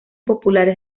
populares